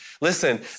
Listen